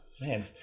man